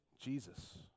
Jesus